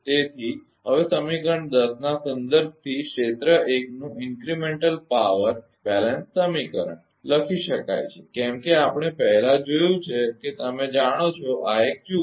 તેથી હવે સમીકરણ 10 ના સંદર્ભ થી ક્ષેત્ર એક નું ઇન્ક્રીમેંટલ પાવર બેલેન્સ સમીકરણ લખી શકાય છે કેમ કે આપણે પહેલા જોયું છે કે તમે જાણો છો કે આ એક જુઓ